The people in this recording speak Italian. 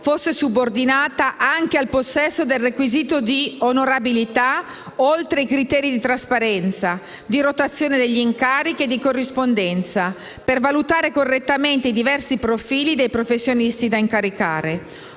fosse subordinata anche al possesso del requisito di onorabilità oltre che ai criteri di trasparenza, di rotazione degli incarichi e di corrispondenza, per valutare correttamente i diversi profili dei professionisti da incaricare.